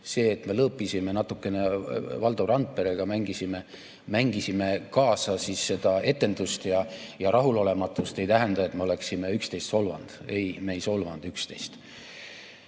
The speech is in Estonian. See, et me lõõpisime natukene, Valdo Randperega mängisime kaasa seda etendust ja rahulolematust, ei tähenda, et me oleksime üksteist solvanud. Ei, me ei solvanud